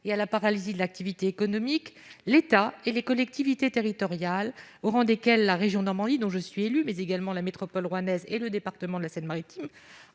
et à la paralysie de l'activité économique, l'État et les collectivités territoriales, au rang desquels la région Normandie dont je suis élue, mais également la métropole rouennaise et le département de la Seine-Maritime